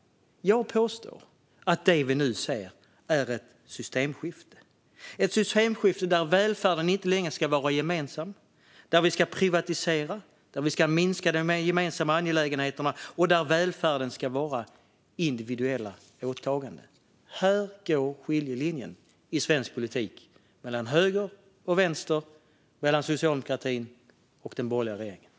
Jag påstår att det vi nu ser är ett systemskifte - ett systemskifte där välfärden inte längre ska vara gemensam, där vi ska privatisera, där vi ska minska de gemensamma angelägenheterna och där välfärden ska vara individuella åtaganden. Här går skiljelinjen i svensk politik mellan höger och vänster och mellan socialdemokratin och den borgerliga regeringen.